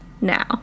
now